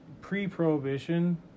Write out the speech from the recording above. pre-Prohibition